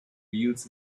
wheels